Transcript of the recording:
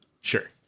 Sure